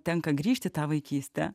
tenka grįžt į tą vaikystę